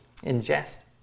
ingest